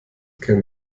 kein